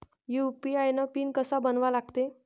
UPI PIN कसा बनवा लागते?